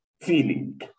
feeling